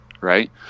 Right